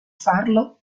farlo